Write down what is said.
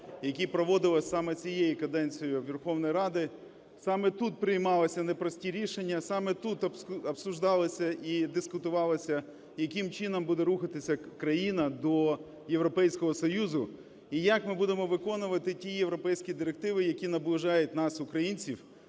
які проводились саме цією каденцією Верховної Ради. Саме тут приймалися непрості рішення. Саме тут обсуждалося і дискутувалося, яким чином буде рухатися країна до Європейського Союзу і як ми будемо виконувати ті європейські директиви, які наближають нас, українців,